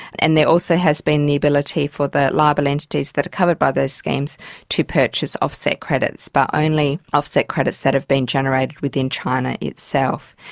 and there also has been the ability for the liable entities that are covered by those schemes to purchase offset credits, but only offset credits that have been generated within china itself.